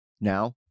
now